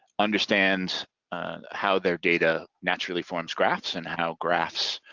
understand how their data naturally forms graphs and how graphs